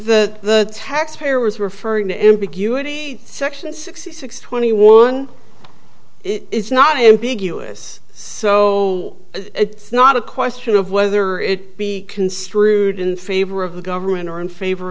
think the taxpayer was referring to m b q it is a section sixty six twenty one it is not ambiguous so it's not a question of whether it be construed in favor of the government or in favor